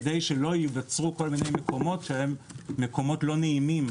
כדי שלא ייווצרו כל מיני מקומות שהם 'מקומות לא נעימים',